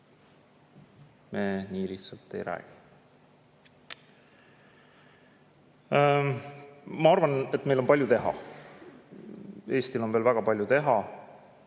me nii lihtsalt ei räägi. Ma arvan, et meil on palju teha, Eestil on veel väga palju teha.